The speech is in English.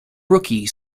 rookie